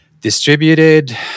distributed